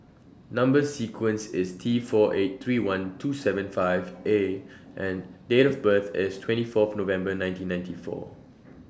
Number sequence IS T four eight three one two seven five A and Date of birth IS twenty four November nineteen ninety four